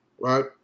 right